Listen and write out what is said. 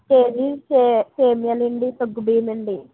KG సే సేమియాలు అండి సగ్గు బియ్యం అండి